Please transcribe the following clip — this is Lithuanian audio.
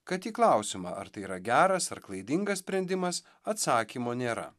kad į klausimą ar tai yra geras ar klaidingas sprendimas atsakymo nėra